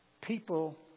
people